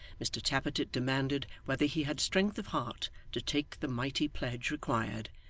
mr tappertit demanded whether he had strength of heart to take the mighty pledge required,